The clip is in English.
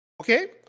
okay